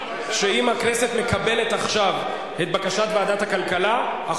לאורך כל הדרך בחוק הזה ועמד בכל הלחצים,